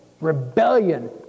Rebellion